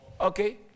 Okay